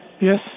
Yes